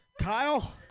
Kyle